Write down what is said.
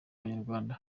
abanyarwanda